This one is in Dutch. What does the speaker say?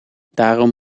daarom